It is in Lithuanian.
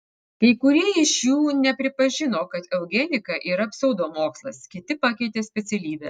kai kurie iš jų nepripažino kad eugenika yra pseudomokslas kiti pakeitė specialybę